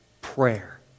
prayer